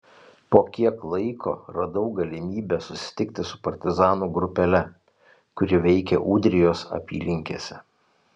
po kiek laiko radau galimybę susitikti su partizanų grupele kuri veikė ūdrijos apylinkėse